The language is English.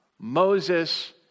Moses